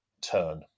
turn